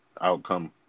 outcome